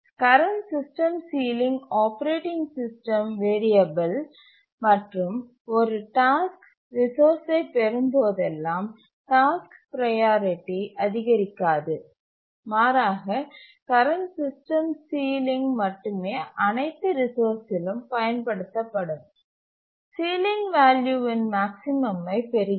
current system ceiling operating system variable மற்றும் ஒரு task ரிசோர்ஸ்சை பெறும்போதெல்லாம் டாஸ்க் ப்ரையாரிட்டி அதிகரிக்காது மாறாக கரண்ட் சிஸ்டம் சீலிங் மட்டுமே அனைத்து ரிசோர்சிலும் பயன்படுத்தப்படும் சீலிங் வேல்யூவின் மேக்ஸிமமை பெறுகிறது